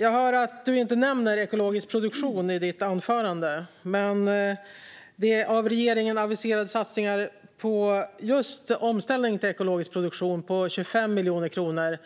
Jag hör att du inte nämner ekologisk produktion i ditt anförande, Maria Malmer Stenergard, men de av regeringen aviserade satsningarna på 25 miljoner kronor på just omställning till ekologisk produktion uteblir.